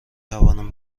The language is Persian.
توانم